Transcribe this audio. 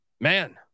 man